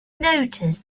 noticed